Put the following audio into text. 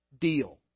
deal